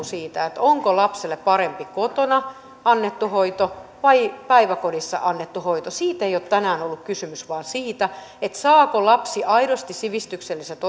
siitä onko lapselle parempi kotona annettu hoito vai päiväkodissa annettu hoito siitä ei ole tänään ollut kysymys vaan siitä saako lapsi aidosti sivistykselliset